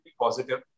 positive